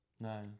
No